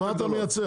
מה, מה אתה מייצר?